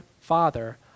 Father